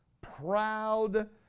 proud